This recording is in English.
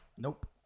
Nope